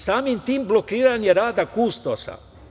Samim tim se blokira rad kustosa.